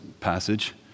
passage